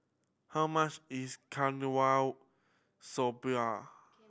how much is Okinawa Soba